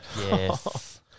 Yes